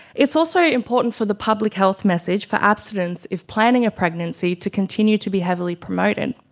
it's also important for the public health message for abstinence if planning a pregnancy to continue to be heavily promoted,